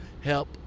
help